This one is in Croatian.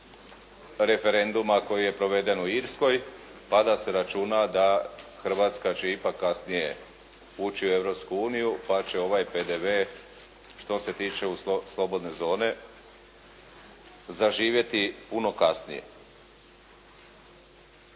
referenduma koji je proveden u Irskoj, pa da se računa da Hrvatska će ipak kasnije ući u Europsku uniju, pa će ovaj PDV što se tiče slobodne zone zaživjeti puno kasnije.